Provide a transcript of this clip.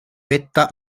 vetta